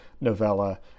novella